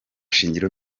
shingiro